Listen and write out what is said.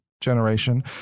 generation